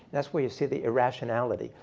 that's where you see the irrationality.